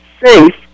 safe